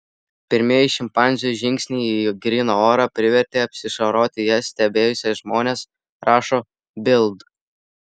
pirmieji šimpanzių žingsniai į gryną orą privertė apsiašaroti jas stebėjusius žmones rašo bild